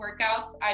workouts